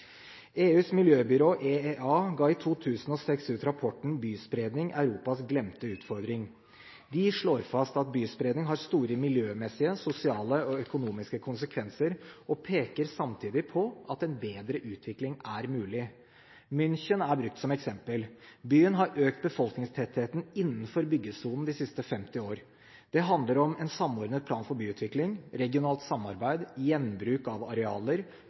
ga i 2006 ut rapporten Byspredningen – Europas glemte utfordring. De slår fast at byspredning har store miljømessige, sosiale og økonomiske konsekvenser, og peker samtidig på at en bedre utvikling er mulig. München er brukt som eksempel. Byen har økt befolkningstettheten innenfor byggesonen de siste 50 år. Det handler om: en samordnet plan for byutvikling regionalt samarbeid gjenbruk av arealer